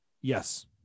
Yes